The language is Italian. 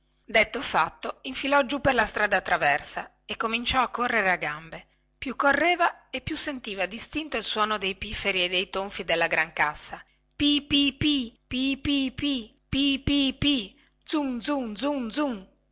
detto fatto infilò giù per la strada traversa e cominciò a correre a gambe più correva e più sentiva distinto il suono dei pifferi e dei tonfi della grancassa pì pì pì pì pìpì zum zum zum zum